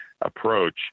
Approach